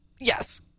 Yes